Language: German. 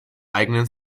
eigenen